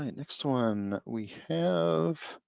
and next one, we have.